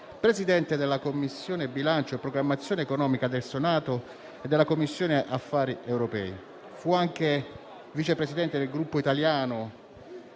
Presidente della Commissione bilancio e programmazione economica del Senato e della Commissione affari europei. Fu anche Vice Presidente del Gruppo italiano